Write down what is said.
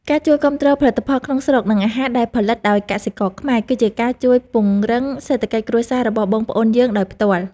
ការជួយគាំទ្រផលិតផលក្នុងស្រុក និងអាហារដែលផលិតដោយកសិករខ្មែរ គឺជាការជួយពង្រឹងសេដ្ឋកិច្ចគ្រួសាររបស់បងប្អូនយើងដោយផ្ទាល់។